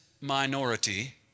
minority